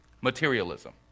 Materialism